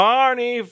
Barney